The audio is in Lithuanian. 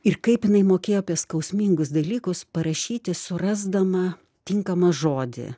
ir kaip jinai mokėjo apie skausmingus dalykus parašyti surasdama tinkamą žodį